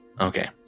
Okay